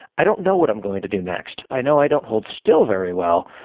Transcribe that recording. i don't know what i'm going to do next. i know i don't hold still very well,